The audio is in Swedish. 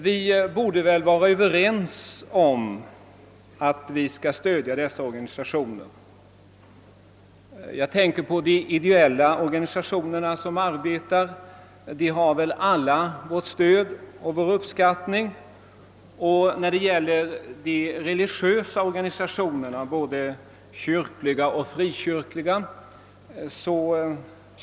Vi borde väl vara överens om att stödja dessa organisationer. Jag tänker t.ex. på de ideella organisationerna. De röner väl alla vår uppskattning. Vi känner också till de religiösa organisationernas arbete — både de kyrkligas och de frikyrkligas.